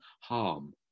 harm